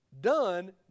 done